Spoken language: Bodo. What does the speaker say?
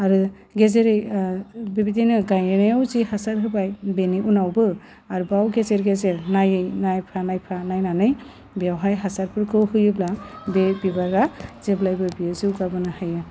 आरो गेजेरै ओह बेबादिनो गाइनायाव जि हासार होबाय बेनि उनावबो आरबाव गेजेर गेजेर नाइयै नायफा नायफा नायनानै बेवहाय हासारफोरखौ होयोब्ला बे बिबारा जेब्लायबो बियो जौगाबोनो हायो